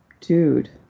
Dude